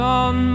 on